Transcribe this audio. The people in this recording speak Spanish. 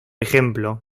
ejemplo